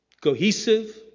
cohesive